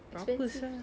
expensive seh